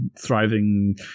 thriving